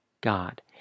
God